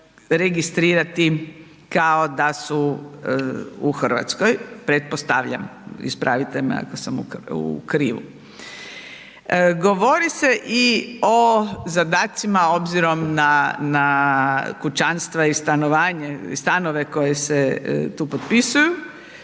registrirati kao da su u Hrvatskoj, pretpostavljam, ispravite me ako sam u krivu. Govori se i o zadacima, obzirom na kućanstva i stanove koji se tu popisuju,